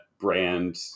brand